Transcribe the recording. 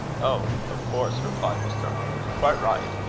oh! of course, replied mr. arnold quite right.